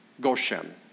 Goshen